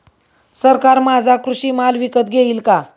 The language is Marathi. सरकार माझा कृषी माल विकत घेईल का?